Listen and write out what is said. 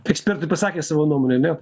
ekspertai pasakė savo nuomonę ane